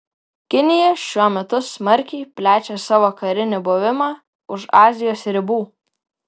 kinija šiuo metu smarkiai plečia savo karinį buvimą už azijos ribų